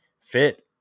fit